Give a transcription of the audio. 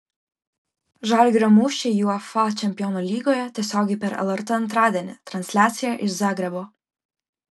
žalgirio mūšiai uefa čempionų lygoje tiesiogiai per lrt antradienį transliacija iš zagrebo